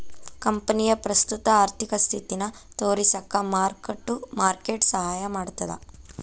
ಕಂಪನಿಯ ಪ್ರಸ್ತುತ ಆರ್ಥಿಕ ಸ್ಥಿತಿನ ತೋರಿಸಕ ಮಾರ್ಕ್ ಟು ಮಾರ್ಕೆಟ್ ಸಹಾಯ ಮಾಡ್ತದ